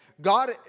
God